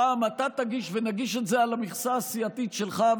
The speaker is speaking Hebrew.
הפעם אתה תגיש, ונגיש את זה על המכסה הסיעתית שלך.